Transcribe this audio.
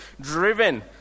driven